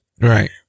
right